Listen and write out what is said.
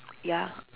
ya